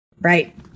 Right